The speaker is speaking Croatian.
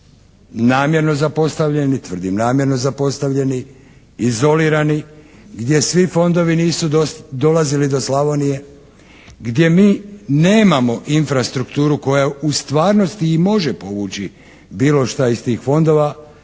namjerno zapostavljeni, izolirani, gdje svi fondovi nisu dolazili do Slavonije, gdje mi nemamo infrastrukturu koja u stvarnosti i može povući bilo šta iz tih fondova,